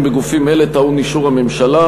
מינוי חלק מהחברים בגופים אלה טעון אישור הממשלה.